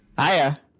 Hiya